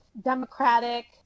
Democratic